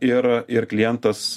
ir ir klientas